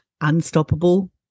Unstoppable